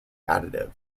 additive